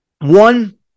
One